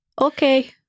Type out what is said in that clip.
Okay